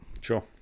Sure